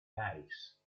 hayes